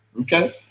okay